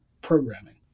programming